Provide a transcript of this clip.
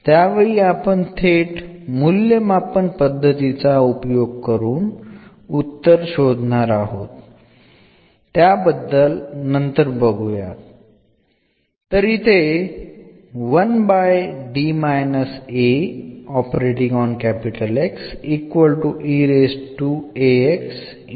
ചില നേരിട്ടുള്ള മൂല്യനിർണ്ണയ രീതികളുമുണ്ട് അവ പിന്നീട് ചർച്ചചെയ്യപ്പെടും